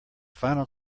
final